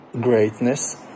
greatness